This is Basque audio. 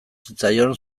zitzaion